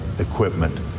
equipment